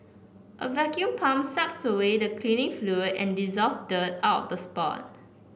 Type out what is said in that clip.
a vacuum pump sucks away the cleaning fluid and dissolved dirt out of the spot